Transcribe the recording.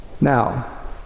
Now